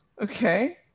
Okay